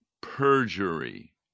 perjury